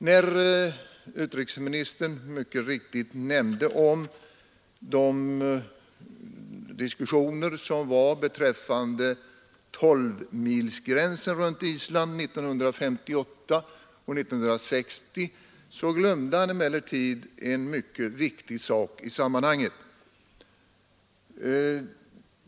När utrikesministern mycket riktigt nämnde de diskussioner som fördes beträffande 12-milsgränsen runt Island 1958 och 1960 glömde han en mycket viktig sak i sammanhanget.